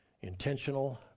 Intentional